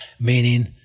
meaning